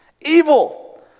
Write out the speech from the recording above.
Evil